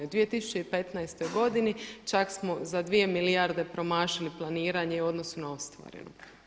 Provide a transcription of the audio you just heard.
U 2015. godini čak smo za 2 milijarde promašili planiranje u odnosu na ostvareno.